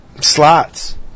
Slots